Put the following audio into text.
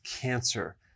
cancer